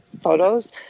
photos